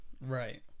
Right